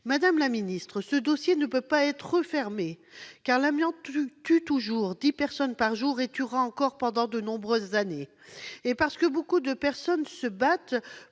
Madame la ministre, ce dossier ne peut pas être refermé. L'amiante tue toujours dix personnes par jour et tuera encore pendant de nombreuses années. Beaucoup de personnes se battent